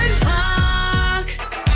Park